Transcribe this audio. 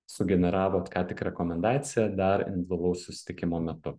sugeneravot ką tik rekomendaciją dar individualaus susitikimo metu